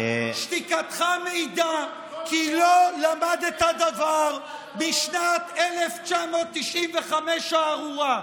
שתיקתך מעידה כי לא למדת דבר משנת 1995 הארורה.